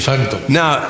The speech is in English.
now